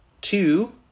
two